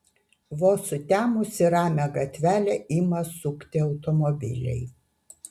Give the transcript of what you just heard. vos sutemus į ramią gatvelę ima sukti automobiliai